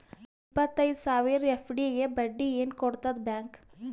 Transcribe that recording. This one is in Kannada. ಇಪ್ಪತ್ತೈದು ಸಾವಿರ ಎಫ್.ಡಿ ಗೆ ಬಡ್ಡಿ ಏನ ಕೊಡತದ ಬ್ಯಾಂಕ್?